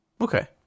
Okay